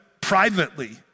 privately